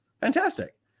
Fantastic